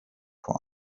for